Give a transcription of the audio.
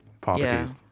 properties